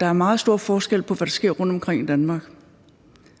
der er meget stor forskel på, hvad der sker rundtomkring i Danmark,